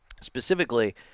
Specifically